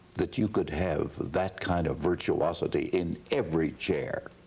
that you could have that kind of virtuosity in every chair.